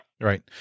Right